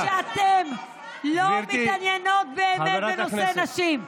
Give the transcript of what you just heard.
היא תירצח בגלל שאתן לא מתעניינות באמת בנושא נשים.